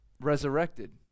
resurrected